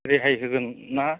रेहाय होगोन ना